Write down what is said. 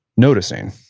noticing?